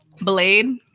Blade